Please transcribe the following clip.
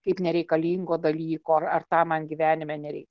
kaip nereikalingo dalyko ar ar tą man gyvenime nereiks